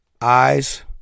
eyes